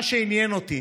מה שעניין אותי